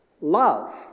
love